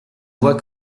vois